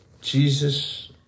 Jesus